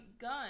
Gun